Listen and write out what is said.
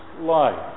life